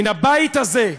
מן הבית הזה,